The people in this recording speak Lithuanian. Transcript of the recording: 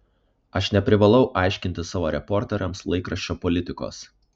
aš neprivalau aiškinti savo reporteriams laikraščio politikos